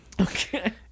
Okay